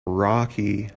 rocky